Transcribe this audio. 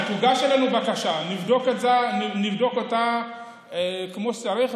תוגש אלינו בקשה, נבדוק אותה כמו שצריך.